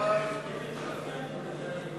ובינוניים בישראל,